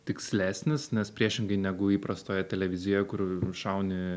tikslesnis nes priešingai negu įprastoje televizijoje kur šauni